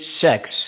sex